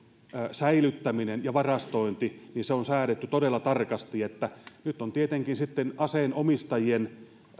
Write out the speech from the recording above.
säilyttäminen ja varastointi on säädetty todella tarkasti nyt on tietenkin sitten aseenomistajien